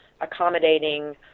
accommodating